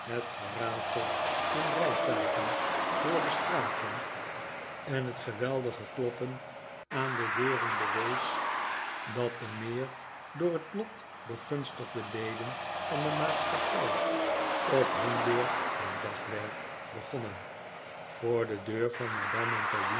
het geratel van rijtuigen door de straten en het genikolaas nickleby weldige kloppen aan de deuren bewees dat de meer door het lot begunstigde leden van de maatschappij op nun beurt hun dagwerk begonnen voor de deur van madame